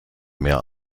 mehr